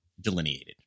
delineated